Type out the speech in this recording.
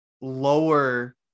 lower